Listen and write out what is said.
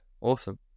awesome